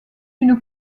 une